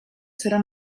seran